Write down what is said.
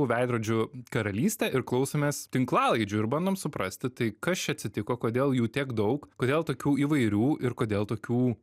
veidrodžių karalystę ir klausomės tinklalaidžių ir bandom suprasti tai kas čia atsitiko kodėl jų tiek daug kodėl tokių įvairių ir kodėl tokių